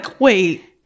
wait